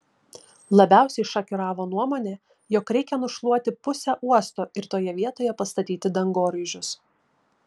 labiausiai šokiravo nuomonė jog reikia nušluoti pusę uosto ir toje vietoje pastatyti dangoraižius